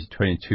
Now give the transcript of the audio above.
2022